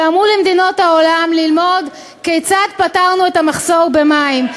ואמרו למדינות העולם ללמוד כיצד פתרנו את המחסור במים.